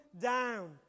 down